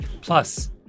Plus